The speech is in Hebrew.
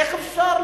איך אפשר,